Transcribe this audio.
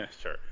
sure